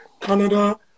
Canada